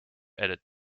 edit